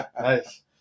Nice